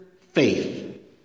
faith